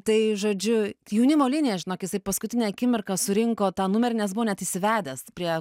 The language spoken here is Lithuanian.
tai žodžiu jaunimo linija žinok jisai paskutinę akimirką surinko tą numerį nes buvo net įsivedęs prie